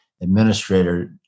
administrator